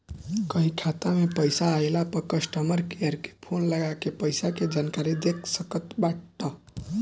कहीं खाता में पईसा आइला पअ कस्टमर केयर के फोन लगा के पईसा के जानकारी देख सकत बाटअ